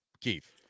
Keith